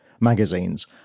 magazines